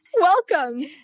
Welcome